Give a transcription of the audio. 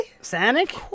Sonic